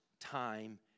time